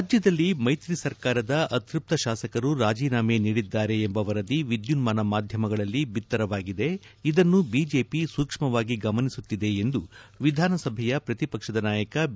ರಾಜ್ಯದಲ್ಲಿ ಮೈತ್ರಿ ಸರ್ಕಾರದ ಅತೃಪ್ತ ಶಾಸಕರು ರಾಜೀನಾಮೆ ನೀಡಿದ್ದಾರೆ ಎಂಬ ವರದಿ ವಿದ್ಯಾನ್ಮಾನ ಮಾದ್ಯಮಗಳಲ್ಲಿ ಬಿತ್ತರವಾಗಿದೆ ಇದನ್ನು ಬಿಜೆಪಿ ಸೂಕ್ಷ್ಮವಾಗಿ ಗಮನಿಸುತ್ತಿದೆ ಎಂದು ವಿಧಾನಸಭೆಯ ಪ್ರತಿಪಕ್ಷದ ನಾಯಕ ಬಿ